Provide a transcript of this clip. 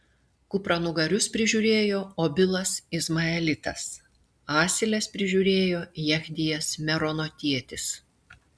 kupranugarius prižiūrėjo obilas izmaelitas asiles prižiūrėjo jechdijas meronotietis